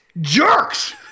jerks